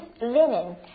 linen